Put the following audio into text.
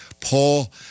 Paul